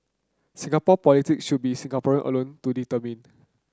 Singapore politic should be Singaporean alone to determine